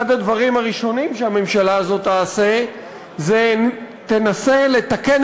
אחד הדברים הראשונים שהממשלה הזאת תעשה הוא לנסות לתקן